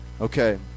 Okay